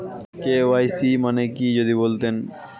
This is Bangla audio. কে.ওয়াই.সি মানে কি যদি বলতেন?